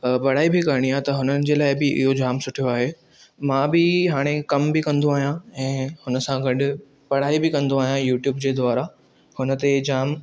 पढ़ाई बि करणी आहे त हुननि जे लाइ बि इहो जाम सुठो आहे मां बि हाणे कमु बि कंदो आहियां ऐं हुन सां गॾु पढ़ाई बि कंदो आहियां यूट्यूब जे द्वारां हुन ते जाम